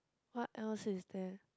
what else is there